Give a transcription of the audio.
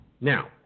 Now